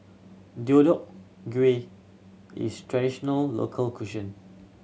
Deodeok Gui is traditional local